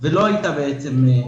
ולא הייתה שפעת.